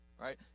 right